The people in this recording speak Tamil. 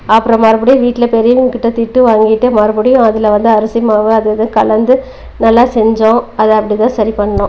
அப்புறம் மறுபடியும் வீட்டில பெரியவங்கக்கிட்ட திட்டு வாங்கிட்டு மறுபடியும் அதில் வந்து அரிசி மாவு அதுவும் இதுவும் கலந்து நல்லா செஞ்சோம் அதை அப்படிதான் சரி பண்ணோம்